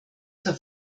zur